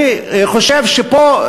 אני חושב שפה,